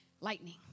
lightning